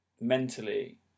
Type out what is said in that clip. mentally